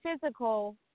physical